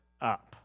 up